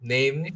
Name